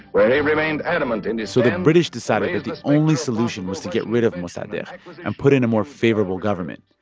where he remained adamant in his stand. so the and british decided that the only solution was to get rid of mossadegh and put in a more favorable government.